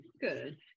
good